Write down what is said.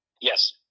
Yes